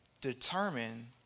determine